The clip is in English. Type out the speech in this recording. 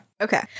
Okay